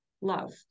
love